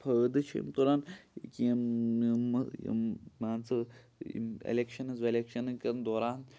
فٲیِدٕ چھِ یِم تُلان یِم یِم مان ژٕ یِم ایٚلیکشَنٕز ویٚلیکشَنہٕ کٮ۪ن دوران